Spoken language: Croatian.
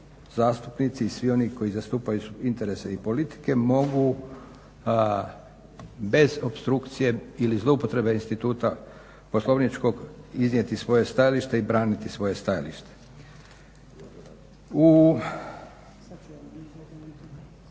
zastupnici i svi oni koji zastupaju interese i politike mogu bez opstrukcije ili zloupotrebe instituta poslovničkog iznijeti svoje stajalište i braniti svoje stajalište. U